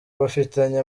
bafitanye